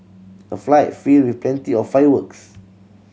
a fight filled with plenty of fireworks